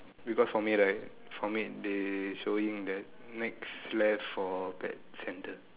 because for me right for me they showing that next left for pet centre